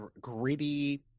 gritty